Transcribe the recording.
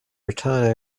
returning